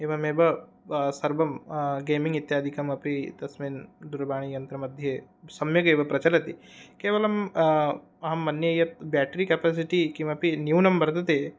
एवमेव सर्वं गेमिङ्ग् इत्यादिकमपि तस्मिन् दूरवाणी यन्त्रमध्ये सम्यगेव प्रचलति केवलं अहं मन्ये यत् बाट्रि केपेसिटि न्यूनं वर्तते